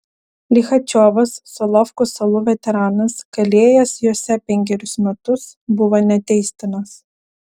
lichačiovas solovkų salų veteranas kalėjęs jose penkerius metus buvo neteistinas